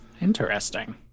Interesting